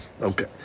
Okay